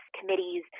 committees